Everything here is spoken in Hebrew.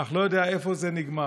אך לא יודע איפה זה נגמר.